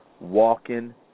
Walking